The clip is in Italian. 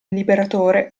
liberatore